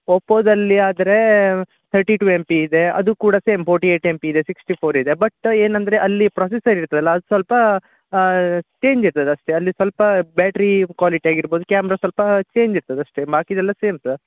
ಓಪೋದಲ್ಲಿ ಆದರೆ thirty two M P ಇದೆ ಅದು ಕೂಡ same forty eight M P ಇದೆ ಸಿಕ್ಸ್ಟಿ ಫೋರ್ ಇದೆ ಬಟ್ ಏನಂದರೆ ಅಲ್ಲಿ ಪ್ರೊಸೆಸರ್ ಇರ್ತದಲ್ಲ ಅದು ಸ್ವಲ್ಪ ಚೇಂಜ್ ಇರ್ತದೆ ಅಷ್ಟೇ ಅಲ್ಲಿ ಸ್ವಲ್ಪ ಬ್ಯಾಟ್ರಿ ಕ್ವಾಲಿಟಿ ಆಗಿರ್ಬೋದು ಕ್ಯಾಮ್ರಾ ಸ್ವಲ್ಪ ಚೇಂಜ್ ಇರ್ತದೆ ಅಷ್ಟೇ ಬಾಕಿದೆಲ್ಲ ಸೇಮ್ ಸರ್